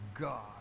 God